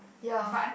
ya